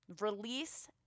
release